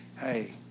hey